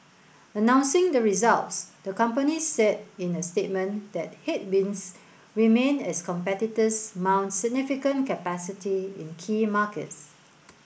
announcing the results the company said in a statement that headwinds remain as competitors mount significant capacity in key markets